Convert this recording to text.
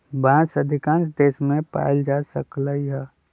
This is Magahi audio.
बांस अधिकांश देश मे पाएल जा सकलई ह